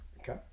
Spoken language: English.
Okay